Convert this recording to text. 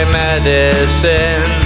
medicine